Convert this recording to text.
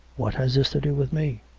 what has this to do with me?